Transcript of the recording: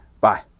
bye